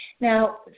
Now